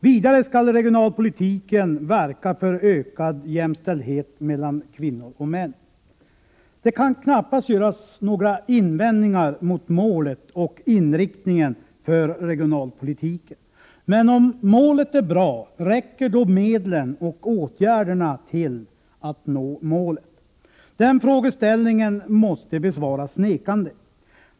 Vidare skall regionalpolitiken verka för ökad jämställdhet mellan Det kan knappast göras några invändningar mot målet och inriktningen för regionalpolitiken. Men om målet är bra, räcker då medlen och åtgärderna till för att nå målet? Den frågeställningen måste besvaras nekande.